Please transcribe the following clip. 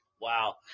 Wow